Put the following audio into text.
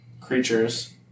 creatures